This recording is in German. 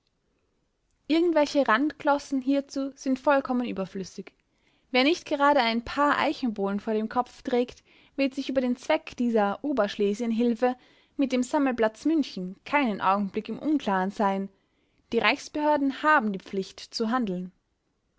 irgendwelche randglossen hierzu sind vollkommen überflüssig wer nicht gerade ein paar eichenbohlen vor dem kopf trägt wird sich über den zweck dieser oberschlesienhilfe mit dem sammelplatz münchen keinen augenblick im unklaren sein die reichsbehörden haben die pflicht zu handeln